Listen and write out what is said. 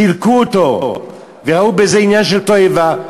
סילקו אותו וראו בזה עניין של תועבה.